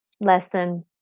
lesson